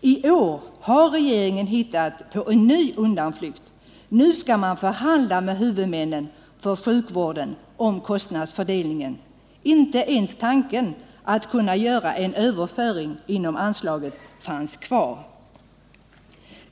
I år har regeringen hittat en ny undanflykt — nu skall man förhandla med huvudmännen för sjukvården om kostnadsfördelningen. Inte ens tanken att kunna göra en överföring inom anslaget finns kvar.